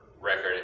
record